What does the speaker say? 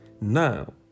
Now